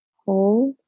hold